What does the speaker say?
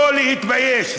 לא להתבייש.